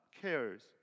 cares